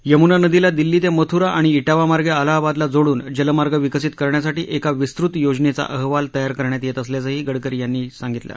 यमुना नदीला दिल्ली ते मथुरा आणि इटावा मार्गे अलाहाबादला जोडून जलमार्ग विकसित करण्यासाठी एका विस्तृत योजनेचा अहवाल तयार करण्यात येत असल्याचही गडकरी यांनी यावेळी सांगितलं